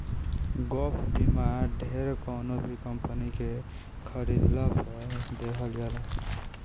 gap बीमा ढेर कवनो भी कंपनी के खरीदला पअ लेहल जाला